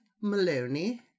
Maloney